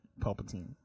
Palpatine